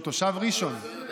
הוא תושב ראשון.